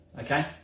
okay